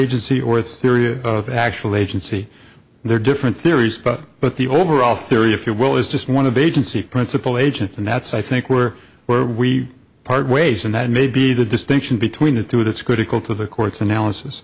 agency or theory of actual agency they're different theories but but the overall theory if you will is just one of agency principle agents and that's i think we're where we part ways and that may be the distinction between the two that's critical to the court's analysis